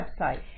website